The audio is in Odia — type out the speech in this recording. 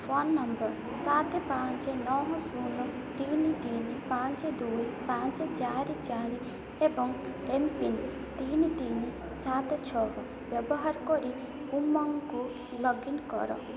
ଫୋନ୍ ନମ୍ବର୍ ସାତ ପାଞ୍ଚ ନଅ ଶୂନ ତିନି ତିନି ପାଞ୍ଚ ଦୁଇ ପାଞ୍ଚ ଚାରି ଚାରି ଏବଂ ଏମ୍ପିନ୍ ତିନି ତିନି ସାତ ଛଅ ବ୍ୟବହାର କରି ଉମଙ୍ଗକୁ ଲଗ୍ଇନ୍ କର